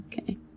Okay